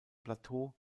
plateau